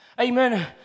amen